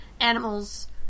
animals